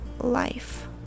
life